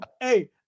hey